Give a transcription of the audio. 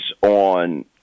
on